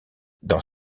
dans